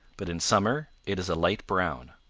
but in summer it is a light brown.